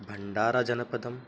भण्डारजनपदम्